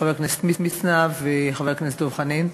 חבר הכנסת מצנע וחבר הכנסת דב חנין,